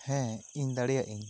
ᱦᱮᱸ ᱤᱧ ᱫᱟᱲᱮᱭᱟᱜ ᱤᱧ